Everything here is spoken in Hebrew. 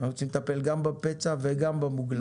צריכים לטפל גם בפצע וגם במוגלה.